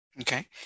Okay